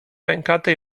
pękaty